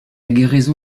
guérison